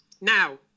Now